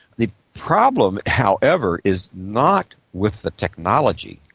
the problem, however, is not with the technology.